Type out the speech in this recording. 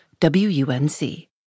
WUNC